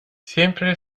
siempre